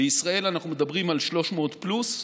בישראל אנחנו מדברים על 300 פלוס.